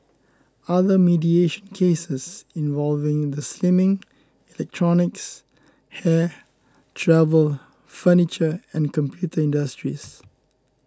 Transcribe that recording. other mediation cases involved the slimming electronics hair travel furniture and computer industries